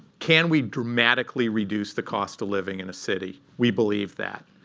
can we dramatically reduce the cost of living in a city? we believe that.